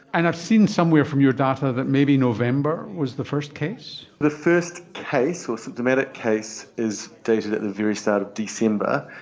and i've seen somewhere from your data that maybe november was the first case. the first case or symptomatic case is dated at the very start of december,